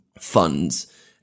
funds